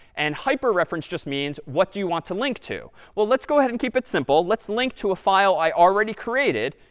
and hyper reference just means, what do you want to link to? well, let's go ahead and keep it simple. let's link to a file i already created,